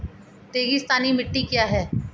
रेगिस्तानी मिट्टी क्या है?